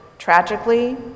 Tragically